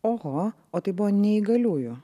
oho o tai buvo neįgaliųjų